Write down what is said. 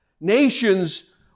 Nations